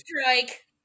strike